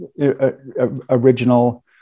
original